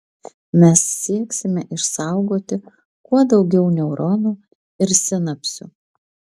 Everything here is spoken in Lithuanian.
mes sieksime išsaugoti kuo daugiau neuronų ir sinapsių